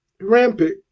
rampant